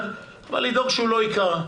אבל לדאוג שהוא לא ייקרע.